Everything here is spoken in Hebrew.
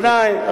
בוודאי,